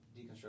deconstruction